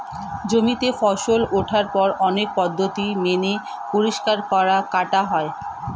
জমিতে ফসল ওঠার পর অনেক পদ্ধতি মেনে পরিষ্কার করা, কাটা হয়